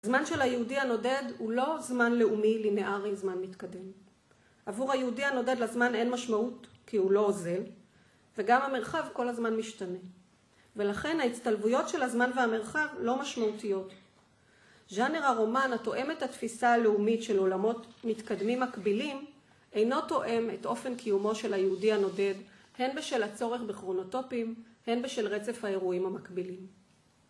זמן של היהודי הנודד הוא לא זמן לאומי לינארי זמן מתקדם. עבור היהודי הנודד לזמן אין משמעות כי הוא לא אוזל, וגם המרחב כל הזמן משתנה. ולכן ההצטלבויות של הזמן והמרחב לא משמעותיות. ז'אנר הרומן התואם את התפיסה הלאומית של עולמות מתקדמים מקבילים, אינו טועם את אופן קיומו של היהודי הנודד, הן בשל הצורך בכרונוטופים, הן בשל רצף האירועים המקבילים.